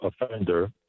offender